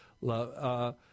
love